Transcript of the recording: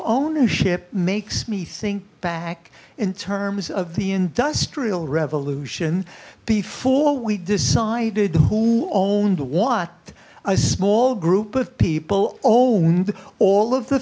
ownership makes me think back in terms of the industrial revolution before we decided who owned what a small group of people owned all of the